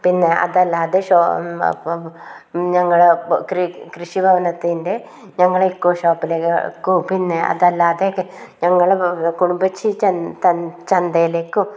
പിന്നെ അതല്ലാതെ ഷോപ്പ് ഞങ്ങളെ കൃഷി ഭവനത്തിൻ്റെ ഞങ്ങളെ എക്കോ ഷോപ്പിലേക്കും പിന്നെ അതല്ലാതെ ഞങ്ങൾ കുടുംബശ്രീയിൽ ചന്തയിലേക്കും